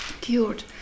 cured